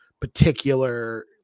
particular